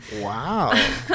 Wow